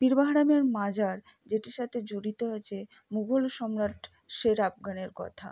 পীর বাহারামের মাজার যেটির সাথে জড়িত আছে মুঘল সম্রাট শের আফগানের কথা